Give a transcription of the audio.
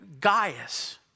Gaius